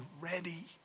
ready